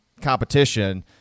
competition